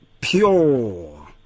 pure